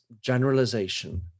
generalization